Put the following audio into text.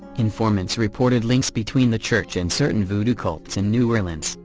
informants reported links between the church and certain voodoo cults in new orleans,